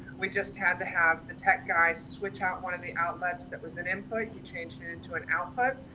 we just had to have the tech guys switch out one of the outlets. that was an input, he changed it into an output.